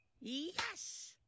Yes